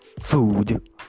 food